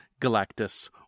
Galactus